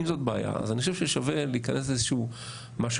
אם זאת בעיה אז אני חושב ששווה להיכנס לאיזשהו משהו